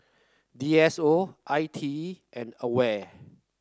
D S O I T E and Aware